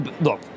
Look